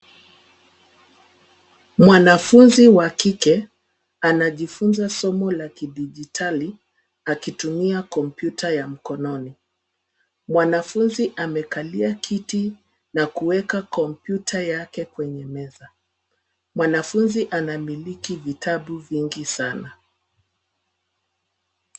Mwanafunzi wa kike anajifunza somo la kidijitali akitumia kompyuta ya mkononi. Mwanafunzi amekalia kiti na kuweka kompyuta yake kwenye meza. Mwanafunzi anamiliki vitabu vingi sana.